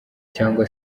cyangwa